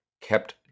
kept